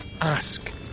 ask